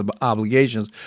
obligations